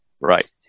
Right